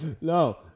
No